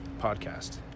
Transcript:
Podcast